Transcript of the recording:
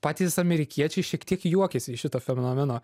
patys amerikiečiai šiek tiek juokiasi iš šito fenomeno